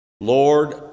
Lord